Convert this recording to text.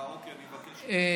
אה, אוקיי, אני אבקש אותו.